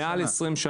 זה לרכבים מעל 20 שנה.